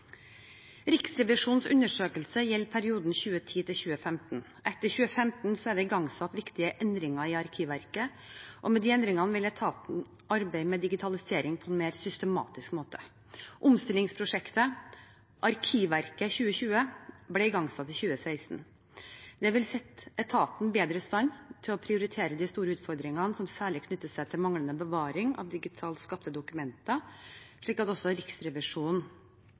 Riksrevisjonens undersøkelse gjelder perioden fra 2010 til 2015. Etter 2015 er det igangsatt viktige endringer i Arkivverket. Med disse endringene vil etaten arbeide med digitalisering på en mer systematisk måte. Omstillingsprosjektet Arkivverket 2020 ble igangsatt i 2016. Det vil sette etaten bedre i stand til å prioritere de store utfordringene som særlig knytter seg til manglende bevaring av digitalt skapte dokumenter, slik